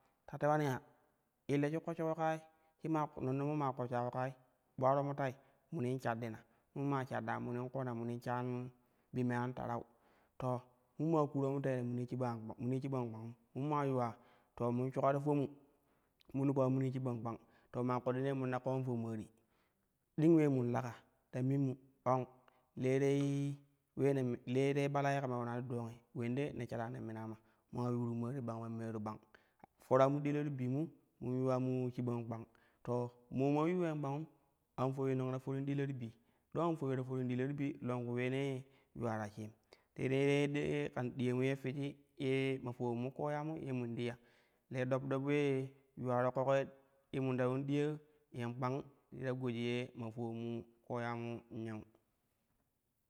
Ta tewani ya illo shi keshsho ku kaai shi ma nannomu maa keshsha ku kaai in ɓularomu tai mini shaddina, mun maa shadda munin kooma munin shaa a bi me an tarau to mun ma kuromu teere munii shban an kpa munii shiban kpangum mun maa yuwa to mun shuka ti fomu mun pa munii shiban kpang. Te maa koɗɗinee min ta koon fo maari ding ulee mun leka ta minmu ong le le ule ne mi le te ɓala ya kama yuuna ti dongi ulendi ne shara ne minaa ma ula yuuru maari bang nana meeri bang fom mu dilo ti biima mun yuugmu shiban kpang. To ma mo in uleen kpangum an foui nang ta forim dilo to bii do an fowi ta forim dilo ti bi longku uleenee yuula ta shiim tenee yeddo kan diyanu figi ye ma foulan mu koya mu ye mu li ya le dop dop ulee yuwaro ƙoƙoye mun ta yuum diya yen kpang ti ta goji ye ma fowanmu koyan mun yau.